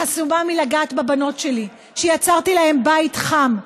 חסומה מלגעת בבנות שלי, שיצרתי להן בית חם.